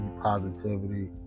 positivity